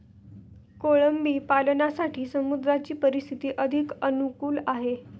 कोळंबी पालनासाठी समुद्राची परिस्थिती अधिक अनुकूल आहे